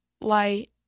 light